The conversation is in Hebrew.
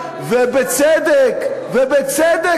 הם יכולים גם